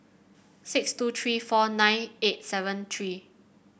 six two three four nine eight seven three